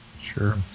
Sure